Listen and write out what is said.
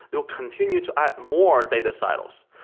they'll continue to add more data siloes.